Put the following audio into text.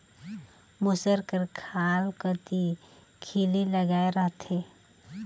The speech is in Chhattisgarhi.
मूसर कर खाल कती खीली लगाए रहथे